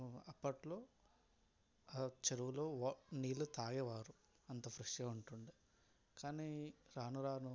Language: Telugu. అప్పట్లో ఆ చెరువులో వా నీళ్ళు తాగేవారు అంత ఫ్రెష్గా ఉంటుండే కానీ రాను రాను